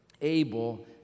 Abel